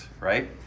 right